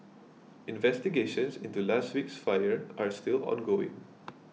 investigations into last week's fire are still ongoing